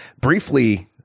Briefly